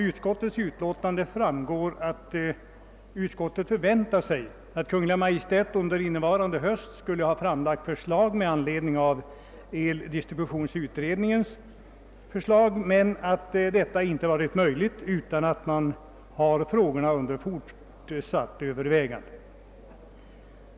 Av utskottets utlåtande framgår att utskottet hade väntat sig att Kungl. Maj:t under innevarande höst skulle ha framlagt förslag med anledning av eldistributionsutredningens betänkande men att detta inte varit möjligt. Frågan befinner sig dock under fortsatt övervägande.